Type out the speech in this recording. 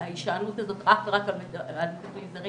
ההישענות הזאת אך ורק על מטפלים זרים